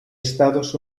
estados